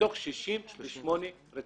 מתוך 68 רציחות.